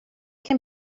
can